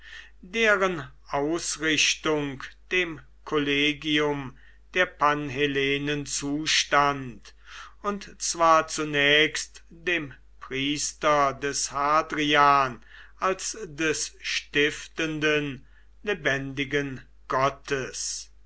deren ausrichtung dem kollegium der panhellenen zustand und zwar zunächst dem priester des hadrian als des stiftenden lebendigen gottes